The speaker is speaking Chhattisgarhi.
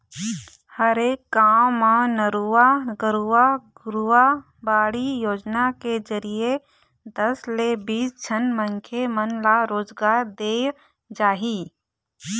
हरेक गाँव म नरूवा, गरूवा, घुरूवा, बाड़ी योजना के जरिए दस ले बीस झन मनखे मन ल रोजगार देय जाही